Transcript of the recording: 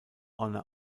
honor